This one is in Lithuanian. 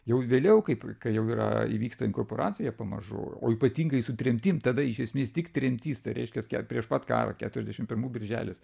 jau vėliau kaip kai jau yra įvyksta inkorporacija pamažu o ypatingai su tremtim tada iš esmės tik tremtis tai reiškias prieš pat karą keturiasdešim pirmų birželis